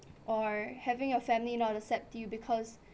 or having your family not to accept you because